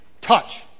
touch